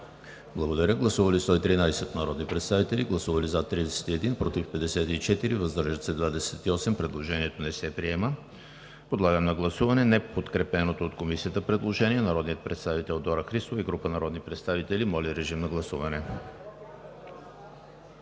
Търновалийски. Гласували 113 народни представители: за 31, против 54, въздържали се 28. Предложението не се приема. Подлагам на гласуване неподкрепеното от Комисията предложение на народния представител Дора Христова и група народни представители. Гласували